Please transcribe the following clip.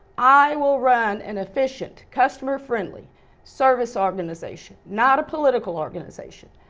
i will run an efficient customer-friendly service organization, not a political organization,